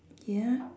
ya